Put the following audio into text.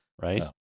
right